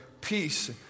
peace